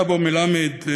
סבו מלמד,